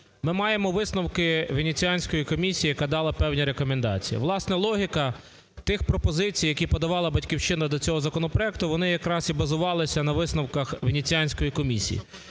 Ми маємо висновки Венеціанської комісії, яка дала певні рекомендації. Власне, логіка тих пропозицій, які подавала "Батьківщина" до цього законопроекту, вони якраз і базувалися на висновках Венеціанської комісії.